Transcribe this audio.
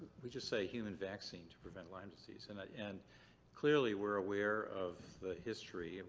we just say human vaccine to prevent lyme disease and ah and clearly we're aware of the history.